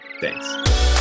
Thanks